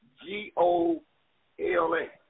G-O-L-A